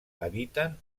habiten